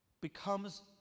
becomes